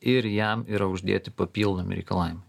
ir jam yra uždėti papildomi reikalavimai